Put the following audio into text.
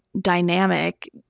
dynamic